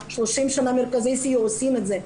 40 שנה מרכזי הסיוע עושים את זה,